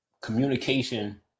Communication